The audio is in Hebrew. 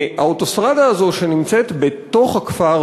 האוטוסטרדה הזאת שנמצאת בתוך הכפר,